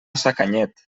sacanyet